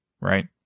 right